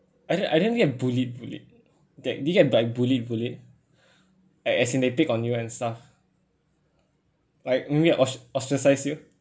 I didn't I didn't get bullied bullied that did you get like bullied bullied a~ as in they picked on you and stuff like maybe os~ ostracise you